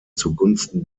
zugunsten